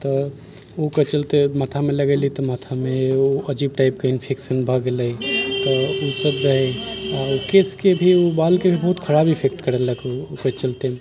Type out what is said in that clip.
तऽ ओकरा चलते माथामे लगेलियै तऽ माथामे एगो अजीब टाइपके इन्फ़ेक्शन भए गेलै तऽ ई सब रहै आओर केशके भी ओ बालके भी बहुत खराब इफ़ेक्ट करलक ओ ओहि चलते